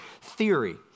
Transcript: theory